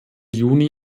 juni